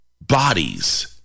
bodies